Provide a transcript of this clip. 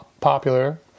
popular